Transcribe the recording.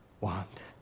want